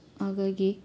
ಹಾಗಾಗಿ